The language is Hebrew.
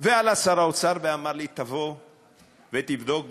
ועלה שר האוצר ואמר לי: תבוא ותבדוק ותראה.